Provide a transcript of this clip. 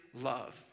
love